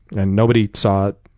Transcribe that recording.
and nobody saw it,